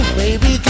baby